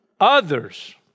Others